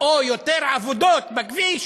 או יותר עבודות בכביש